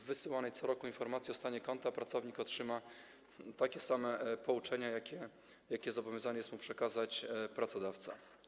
W wysyłanej co roku informacji o stanie konta pracownik otrzyma takie same pouczenia, jakie zobowiązany jest mu przekazać pracodawca.